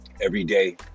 Everyday